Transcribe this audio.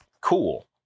Cool